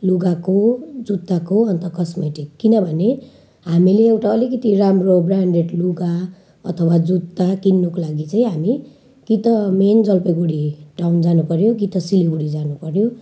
लुगाको जुत्ताको अन्त कस्मेटिक किनभने हामीले एउटा अलिकति राम्रो ब्रान्डेड लुगा अथवा जुत्ता किन्नुको लागि चाहिँ हामी कि त मेन जलपाइगुडी टाउन जानुपर्यो कि त सिलगढी जानुपर्यो